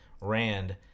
Rand